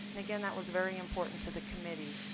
and again, that was very important to the committee.